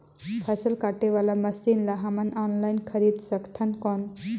फसल काटे वाला मशीन ला हमन ऑनलाइन खरीद सकथन कौन?